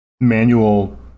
manual